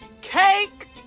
cake